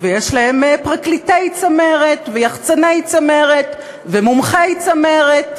ויש להם פרקליטי צמרת, יחצני צמרת ומומחי צמרת.